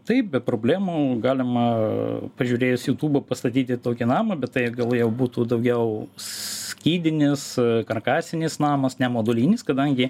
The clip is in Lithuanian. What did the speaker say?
taip be problemų galima pažiūrėjus jūtūbą pastatyti tokį namą bet tai gal jau būtų daugiau skydinis karkasinis namas ne modulinis kadangi